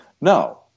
No